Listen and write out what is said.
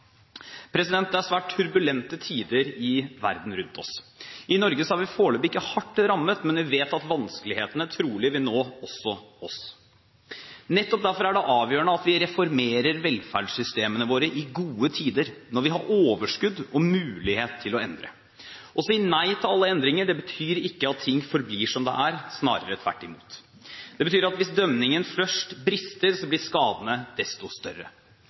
Det er svært turbulente tider i verden rundt oss. I Norge er vi foreløpig ikke hardt rammet, men vi vet at vanskelighetene trolig vil nå også oss. Nettopp derfor er det avgjørende at vi reformerer velferdssystemene våre i gode tider, når vi har overskudd og mulighet til å endre. Å si nei til alle endringer betyr ikke at ting forblir som de er – snarere tvert i mot. Det betyr at hvis demningen først brister, blir skadene desto større.